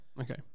Okay